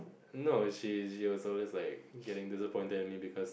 no is she was always like getting disappointed in me because